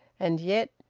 and yet,